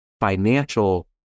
financial